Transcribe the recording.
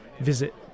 Visit